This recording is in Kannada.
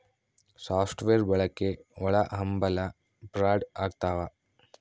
ಸಾಫ್ಟ್ ವೇರ್ ಬಳಕೆ ಒಳಹಂಭಲ ಫ್ರಾಡ್ ಆಗ್ತವ